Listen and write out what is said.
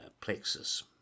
plexus